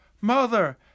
mother